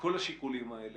וכל השיקולים האלה,